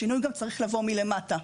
השינוי צריך לבוא גם מלמטה,